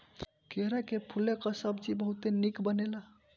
केरा के फूले कअ सब्जी बहुते निक बनेला